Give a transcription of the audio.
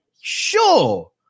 sure